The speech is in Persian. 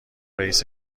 رئیس